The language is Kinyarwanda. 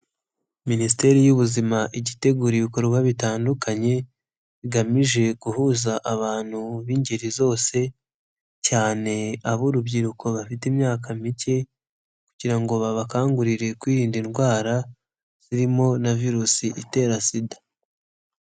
Minisiteri y'ubuzima ijya itegura ibikorwa bitandukanye, bigamije guhuza abantu b'ingeri zose, cyane ab'urubyiruko bafite imyaka mike kugira ngo babakangurire kwirinda indwara, zirimo na virusi itera sida.